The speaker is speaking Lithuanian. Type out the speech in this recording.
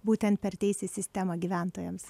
būtent per teisės sistemą gyventojams